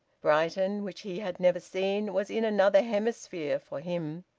brighton, which he had never seen, was in another hemisphere for him.